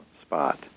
spot